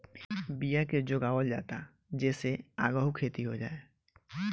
बिया के जोगावल जाता जे से आगहु खेती हो जाए